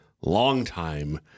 long-time